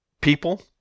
people